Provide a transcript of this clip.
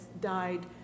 died